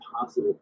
positive